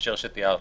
בהקשר שתיארת.